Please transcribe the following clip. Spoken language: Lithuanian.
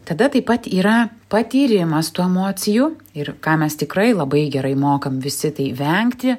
tada taip pat yra patyrimas tų emocijų ir ką mes tikrai labai gerai mokam visi tai vengti